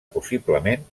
possiblement